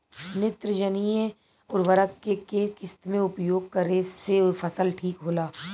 नेत्रजनीय उर्वरक के केय किस्त मे उपयोग करे से फसल ठीक होला?